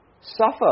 suffer